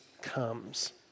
comes